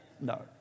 No